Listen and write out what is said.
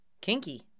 Kinky